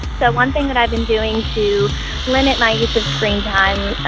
so one thing that i've been doing to limit my use of screen time,